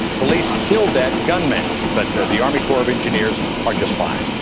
police killed that gunman. but the the army corps of engineers are just fine.